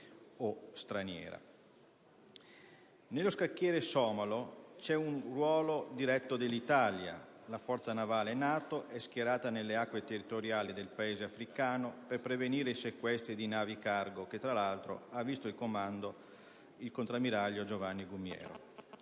o straniera. Nello scacchiere somalo c'è un ruolo diretto dell'Italia: la forza navale NATO è schierata nelle acque territoriali del Paese africano per prevenire i sequestri di navi cargo che, tra gli altri, ha visto al comando il contrammiraglio Giovanni Gumiero.